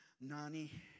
Nani